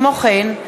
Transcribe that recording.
כמו כן,